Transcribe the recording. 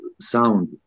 sound